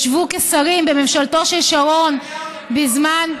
ישבו כשרים בממשלתו של שרון בזמן,